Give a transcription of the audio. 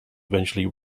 eventually